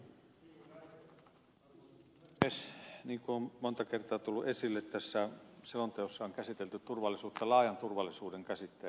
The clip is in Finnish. niin kuin on monta kertaa tullut esille tässä selonteossa on käsitelty turvallisuutta laajan turvallisuuden käsitteen pohjalta